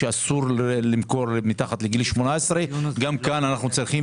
שאסור למכור מתחת לגיל 18. גם פה צריך,